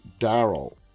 Daryl